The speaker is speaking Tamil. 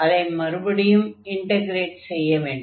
அதை மறுபடியும் இன்டக்ரேட் செய்ய வேண்டும்